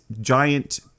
giant